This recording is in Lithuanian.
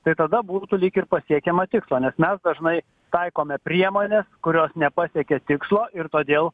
tai tada būtų lyg ir pasiekiama tikslo nes mes dažnai taikome priemones kurios nepasiekė tikslo ir todėl